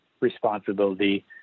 responsibility